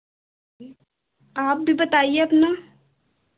आप भी बताइए अपना